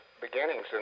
beginnings